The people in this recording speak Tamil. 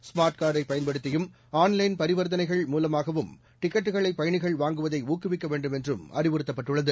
ஸ்மார்ட் கார்டை பயன்படுத்தியும் ஆன்லைன் பரிவர்த்தனைகள் மூவமாகவும் டிக்கெட்டுகளை பயணிகள் வாங்குவதை ஊக்குவிக்க வேண்டும் என்றும் அறிவுறுத்தப்பட்டுள்ளது